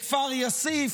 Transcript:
בכפר יאסיף,